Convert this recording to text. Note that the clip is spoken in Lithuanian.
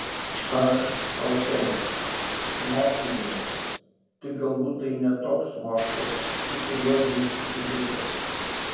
aš alchemikas mokslininkas tik galbūt tai ne toks mokslas su kuriuo jūs susiduriate